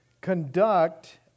conduct